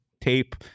tape